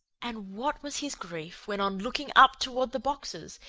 and what was his grief when on looking up toward the boxes,